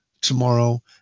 tomorrow